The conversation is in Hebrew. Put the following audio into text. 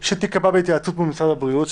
-- ארצית "שתיקבע בהתייעצות מול משרד הבריאות"